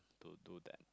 to do that